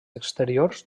exteriors